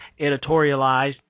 editorialized